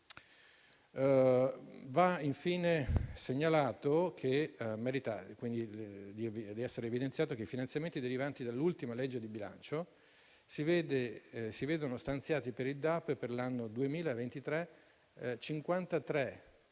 Va infine segnalato - e merita di essere evidenziato - che i finanziamenti derivanti dall'ultima legge di bilancio vedono stanziati per il DAP, per l'anno 2023, 53